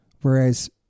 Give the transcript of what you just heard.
Whereas